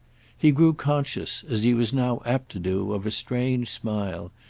he grew conscious, as he was now apt to do, of a strange smile,